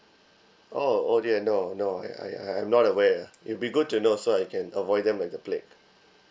oh oh dear no no I I I I'm not aware ah it would be good to know so I can avoid them like the plague